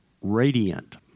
radiant